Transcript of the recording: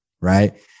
right